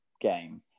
game